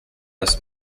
less